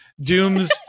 Dooms